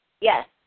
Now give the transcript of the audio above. Yes